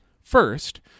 First